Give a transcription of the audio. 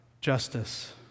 justice